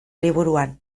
liburuan